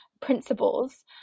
principles